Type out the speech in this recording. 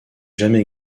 jamais